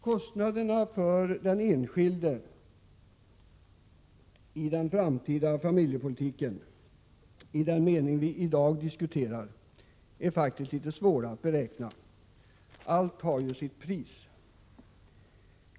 Kostnaderna för den enskilde i den framtida familjepolitiken — i den mening vi i dag diskuterar — är litet svåra att beräkna. Allt har sitt pris.